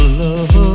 love